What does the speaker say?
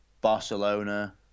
barcelona